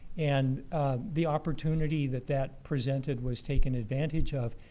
and the opportunity that that presented was taken advantage of,